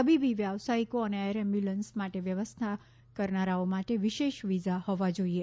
તબીબી વ્યાવસાયિકો અને એર એમ્બ્યુલન્સ માટે વ્યવસ્થા કરનારાઓ માટે વિશેષ વિઝા હોવા જોઈએ